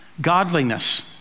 Godliness